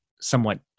somewhat